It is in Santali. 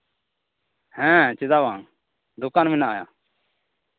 ᱦᱮᱸ ᱪᱮᱫᱟᱜ ᱵᱟᱝ ᱫᱚᱠᱟᱱ ᱢᱮᱱᱟᱜᱼᱟ